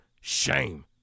shame